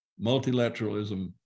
Multilateralism